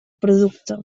producte